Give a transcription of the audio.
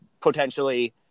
potentially